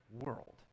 world